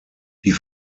die